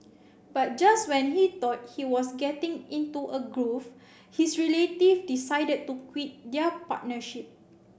but just when he thought he was getting into a groove his relative decided to quit their partnership